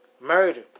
Murder